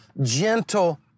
gentle